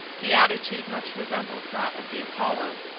the attitude much resembles that of the apollo,